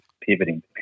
pivoting